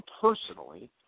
personally